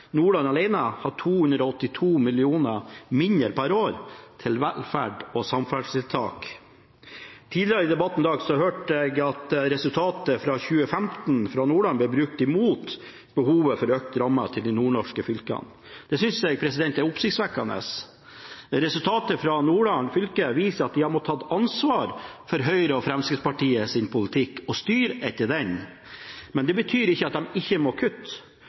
Nordland alene fra 2020 ha 282 mill. kr mindre per år til velferd og samferdselstiltak. Tidligere i debatten i dag hørte jeg at resultatet for 2015 for Nordland ble brukt imot behovet for økte rammer til de nordnorske fylkene. Det synes jeg er oppsiktsvekkende. Resultatet fra Nordland fylke viser at de har måttet ta ansvar for Høyre og Fremskrittspartiets politikk og måttet styre etter den. Men dette betyr ikke at de ikke må kutte.